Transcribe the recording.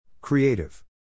Creative